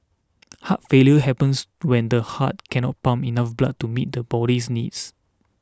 heart failure happens when the heart cannot pump enough blood to meet the body's needs